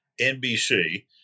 NBC